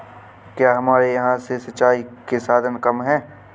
क्या हमारे यहाँ से सिंचाई के साधन कम है?